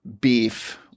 beef